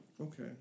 Okay